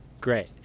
Great